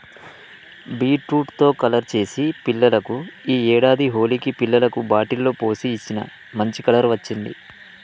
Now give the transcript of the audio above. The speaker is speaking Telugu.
బీట్రూట్ తో కలర్ చేసి పిల్లలకు ఈ ఏడాది హోలికి పిల్లలకు బాటిల్ లో పోసి ఇచ్చిన, మంచి కలర్ వచ్చింది